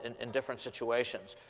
and in different situations.